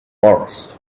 first